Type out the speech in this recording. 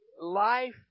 life